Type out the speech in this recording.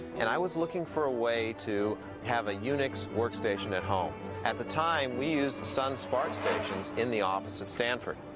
and i was looking for a way to have a unix workstation at home at the time we used sun sparc stations in the office stanford.